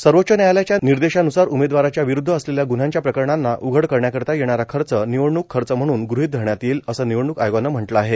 सर्वोच्च न्यायालयाच्या निर्देशान्सार उमेदवाराच्या विरूद्व असलेल्या गुन्हयांची प्रकरण उघड करण्याकरिता येणारा खर्च निवडणूक खर्च म्हणून गृहीत धरण्यात येईल असं निवडणूक आयोगानं म्हटलं आहे